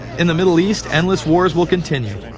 in the middle east, endless wars will continue.